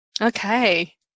Okay